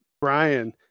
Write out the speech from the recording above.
Brian